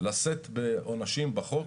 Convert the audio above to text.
-- מה שנקרא לשאת בעונשים בחוק,